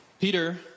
Peter